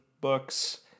books